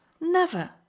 never